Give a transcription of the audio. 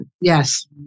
Yes